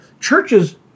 churches